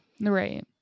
Right